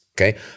Okay